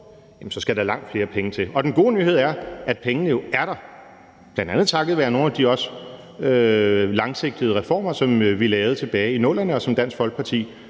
skal der langt flere penge til. Den gode nyhed er, at pengene jo er der, bl.a. også takket være nogle af de langsigtede reformer, som vi lavede tilbage i 00'erne, og som Dansk Folkeparti